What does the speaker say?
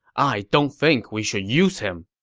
i don't think we should use him.